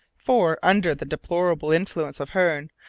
for, under the deplorable influence of hearne,